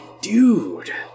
Dude